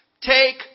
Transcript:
Take